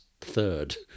third